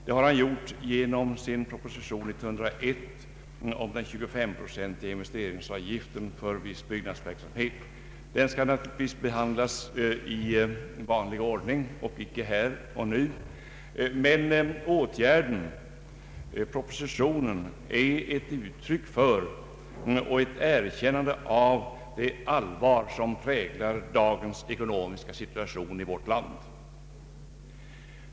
Det har han gjort genom sin proposition nr 101 om en 25-procentig investeringsavgift för viss byggnadsverksamhet. Den skall naturligtvis behandlas i vanlig ordning och icke här och nu. Men åtgärden — propositionen är ett uttryck för och ett erkännande av det allvar som präglar dagens ekonomiska situation i vårt land.